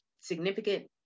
significant